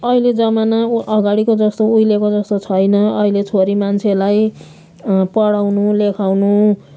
अहिले जमाना अगाडिको जस्तो उहिलेको जस्तो छैन अहिले छोरी मान्छेलाई पढाउनु लेखाउनु